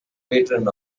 patron